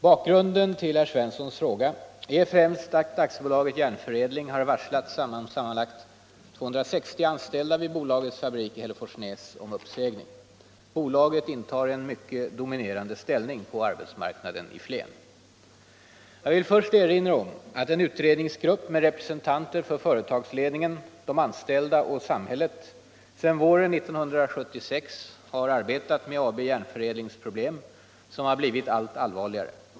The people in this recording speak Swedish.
Jag vill först erinra om att en utredningsgrupp med representanter för företagsledningen, de anställda och samhället sedan våren 1976 har arbetat med AB Järnförädlings problem, som blivit allt allvarligare.